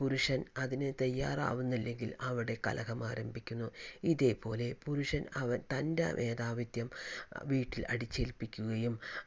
പുരുഷൻ അതിന് തയ്യാറാവുന്നില്ലെങ്കിൽ അവിടെ കലഹം ആരംഭിക്കുന്നു ഇതേപോലെ പുരുഷൻ അവൻ തൻ്റെ മേധാവിത്യം വീട്ടിൽ അടിച്ചേൽപ്പിക്കുകയും